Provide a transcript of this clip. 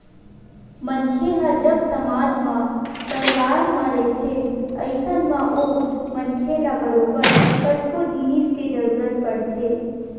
मनखे ह जब समाज म परवार म रहिथे अइसन म ओ मनखे ल बरोबर कतको जिनिस के जरुरत पड़थे